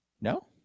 No